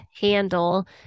handle